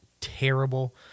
terrible